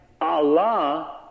Allah